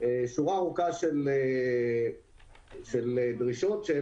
דרשה שורה ארוכה של דרישות שאת